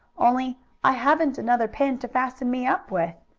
only i haven't another pin to fasten me up with.